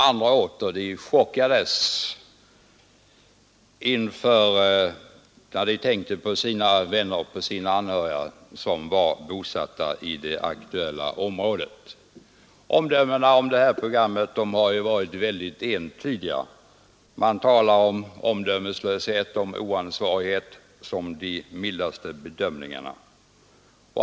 Andra åter chockades när de tänkte på sina anhöriga som var bosatta inom det aktuella området. Åsikterna om programmet har varit entydiga: Omdömeslöshet och oansvarighet är de mildaste bedömningarna.